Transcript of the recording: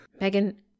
Megan